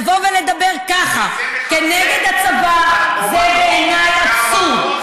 לבוא ולדבר ככה כנגד הצבא זה בעיניי אבסורד,